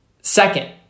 Second